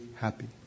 happy